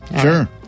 Sure